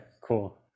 cool